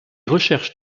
recherches